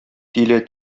тиле